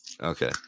Okay